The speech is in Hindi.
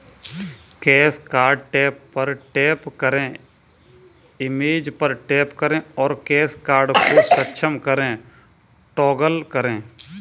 कैश कार्ड टैब पर टैप करें, इमेज पर टैप करें और कैश कार्ड को सक्षम करें टॉगल करें